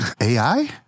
AI